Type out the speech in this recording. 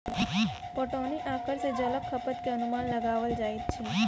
पटौनी आँकड़ा सॅ जलक खपत के अनुमान लगाओल जाइत अछि